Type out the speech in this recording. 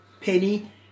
Penny